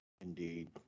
indeed